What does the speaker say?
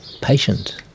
patient